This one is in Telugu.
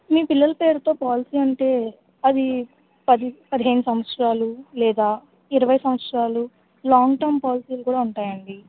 మీ పిల్లల పేరుతో పోలాసీ అంటే అది పది పదిహేను సంవత్సరాలు లేదా ఇరవై సంవత్సరాలు లాంగ్ టర్మ్ పోలాసీలు కూడా ఉంటాయండి